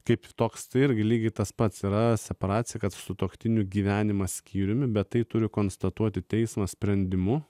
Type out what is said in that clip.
kaip toks tai irgi lygiai tas pats yra supratę kad sutuoktinių gyvenimas skyriumi bet tai turiu konstatuoti teismo sprendimu